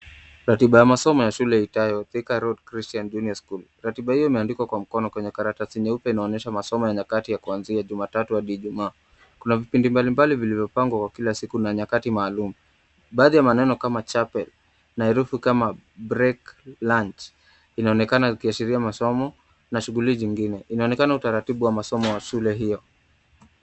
Ratiba ya masomo ya shule iitwayo Thika Road Christian Junior School . Ratiba hiyo imeandikwa kwa mkono kwenye karatasi nyeupe inaonyesha masomo ya nyakati kuanzia Jumatatu hadi Ijumaa. Kuna vipindi mbalimbali vilivyopangwa kwa kila siku na nyakati maalum. Baadhi ya maneno kama chapel na herufi kama break lunch inaonekana ikiashiria masomo na shughuli zingine. Inaonekana utaratibu wa masomo wa shule hiyo.